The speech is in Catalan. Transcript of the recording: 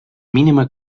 mínima